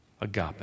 agape